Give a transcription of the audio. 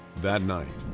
that night,